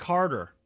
Carter